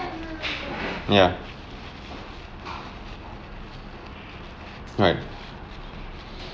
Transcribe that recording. yeah right